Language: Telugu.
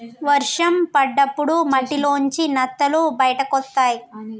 వర్షం పడ్డప్పుడు మట్టిలోంచి నత్తలు బయటకొస్తయ్